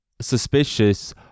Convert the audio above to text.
suspicious